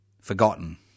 forgotten